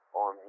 on